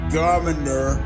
governor